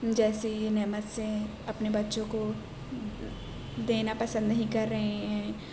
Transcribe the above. جیسی نعمت سے اپنے بچوں کو دینا پسند نہیں کر رہے ہیں